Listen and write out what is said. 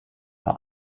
für